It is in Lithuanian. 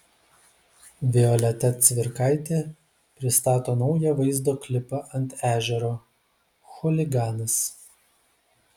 violeta cvirkaitė pristato naują vaizdo klipą ant ežero chuliganas